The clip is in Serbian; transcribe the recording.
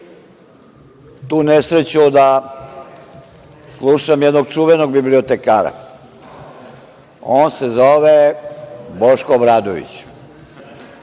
tu nesreću da slušam jednog čuvenog bibliotekara. On se zove Boško Obradović.